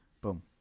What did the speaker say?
boom